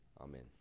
amen